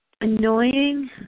Annoying